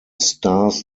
stars